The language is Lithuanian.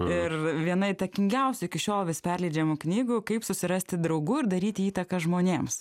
ir viena įtakingiausių iki šiol vis perleidžiamų knygų kaip susirasti draugų ir daryti įtaką žmonėms